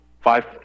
five